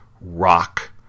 rock